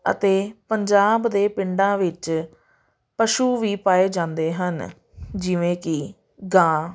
ਅਤੇ ਪੰਜਾਬ ਦੇ ਪਿੰਡਾਂ ਵਿੱਚ ਪਸ਼ੂ ਵੀ ਪਾਏ ਜਾਂਦੇ ਹਨ ਜਿਵੇਂ ਕਿ ਗਾਂ